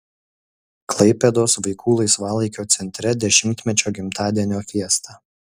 klaipėdos vaikų laisvalaikio centre dešimtmečio gimtadienio fiesta